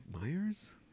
Myers